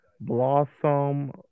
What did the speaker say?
Blossom